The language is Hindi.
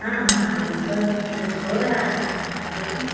हाँ हाँ सब हो रहा है आइए